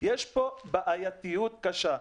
יש פה בעייתיות קשה.